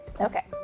Okay